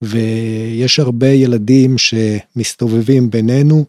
ויש הרבה ילדים שמסתובבים בינינו.